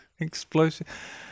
explosive